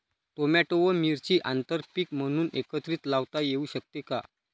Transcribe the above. Tomato व मिरची आंतरपीक म्हणून एकत्रित लावता येऊ शकते का?